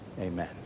Amen